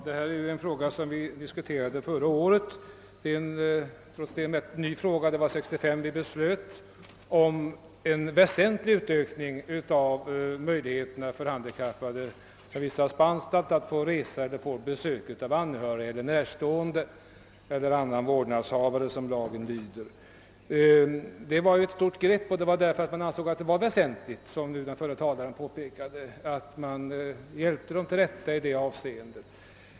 Herr talman! Den fråga vi nu diskuterar behandlades också förra året. År 1965 beslöt vi om en väsentlig ökning av möjligheterna för handikappade som vistas på anstalt att få resa till anhöriga och närstående eller att få besök av dem — eller annan vårdnadshavare, som det står i lagen. Det var ett nytt grepp, och det togs därför att vi ansåg det vara väsentligt, som den föregående ärade talaren också framhöll, att hjälpa de handikappade i detta avseende.